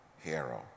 hero